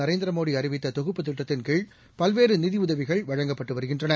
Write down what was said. நரேந்திரமோடி அறிவித்த தொகுப்புத் திட்டத்தின்கீழ் பல்வேறு நிதியுதவிகள் வழங்கப்பட்டு வருகின்றன